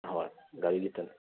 ꯑꯍꯣꯏ ꯒꯥꯔꯤꯒꯤꯇꯅꯤ